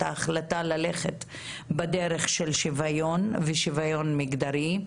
ההחלטה ללכת בדרך של שוויון ושוויון מגדרי.